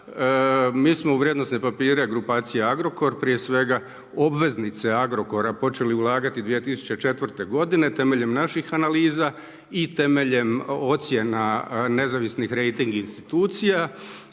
Mi smo u vrijednosne papire grupacije Agrokor prije svega obveznice Agrokora počeli ulagati 2004. godine temeljem naših analiza i temeljem ocjena nezavisnih rejting institucija.